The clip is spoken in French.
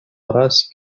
race